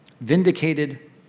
Vindicated